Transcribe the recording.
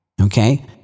Okay